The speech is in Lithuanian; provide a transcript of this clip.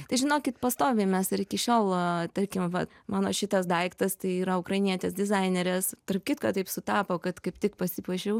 tai žinokit pastoviai mes ir iki šiol tarkim vat mano šitas daiktas tai yra ukrainietės dizainerės tarp kitko taip sutapo kad kaip tik pasipuošiau